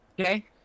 Okay